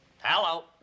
Hello